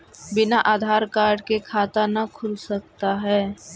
बिना आधार कार्ड के खाता न खुल सकता है?